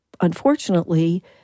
unfortunately